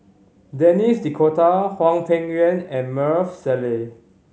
Denis D'Cotta Hwang Peng Yuan and Maarof Salleh